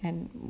and